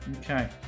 Okay